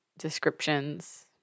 Descriptions